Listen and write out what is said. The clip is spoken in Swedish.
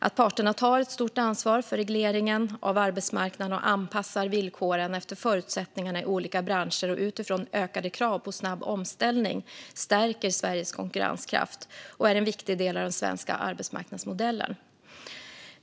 Att parterna tar ett stort ansvar för regleringen av arbetsmarknaden och anpassar villkoren efter förutsättningarna i olika branscher och utifrån ökade krav på snabb omställning stärker Sveriges konkurrenskraft och är en viktig del av den svenska arbetsmarknadsmodellen.